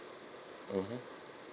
mmhmm